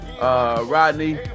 Rodney